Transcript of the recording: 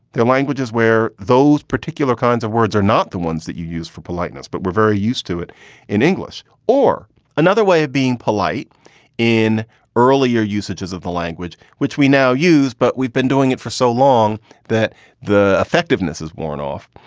their language is where those particular kinds of words are, not the ones that you use for politeness but we're very used to it in english or another way of being polite in earlier usages of the language which we now use. but we've been doing it for so long that the effectiveness is worn off.